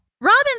Robin's